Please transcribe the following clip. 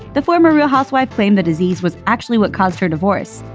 the former real housewife claimed the disease was actually what caused her divorce.